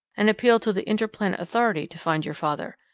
and appeal to the interplanet authority to find your father.